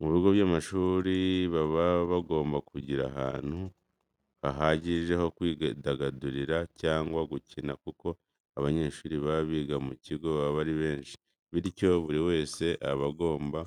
Mu bigo by'amashuri baba bagomba kugira ahantu hahagije ho kwidagadurira cyangwa gukina kuko abanyeshuri baba biga mu kigo baba ari benshi, bityo buri wese aba agomba